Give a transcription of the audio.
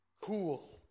cool